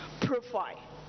profile